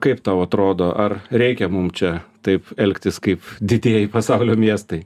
kaip tau atrodo ar reikia mum čia taip elgtis kaip didieji pasaulio miestai